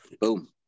Boom